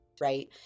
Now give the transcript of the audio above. Right